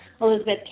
Elizabeth